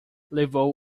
levou